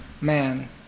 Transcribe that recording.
man